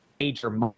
major